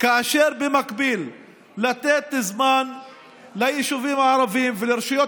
ובמקביל לתת זמן ליישובים הערביים ולרשויות